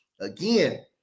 again